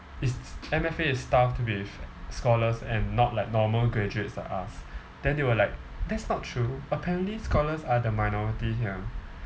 is M_F_A is stuffed with scholars and not like normal graduates like us then they were like that's not true apparently scholars are the minority here